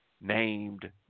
named